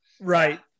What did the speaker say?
Right